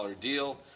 deal